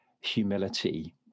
humility